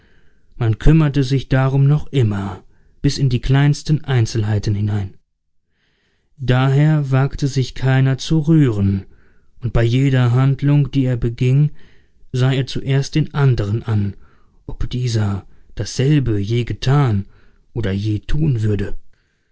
man kümmerte sich darum noch immer bis in die kleinsten einzelheiten hinein daher wagte sich keiner zu rühren und bei jeder handlung die er beging sah er zuerst den anderen an ob dieser dasselbe je getan oder je tun würde